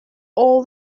all